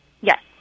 Yes